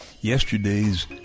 yesterday's